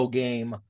game